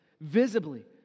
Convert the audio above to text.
visibly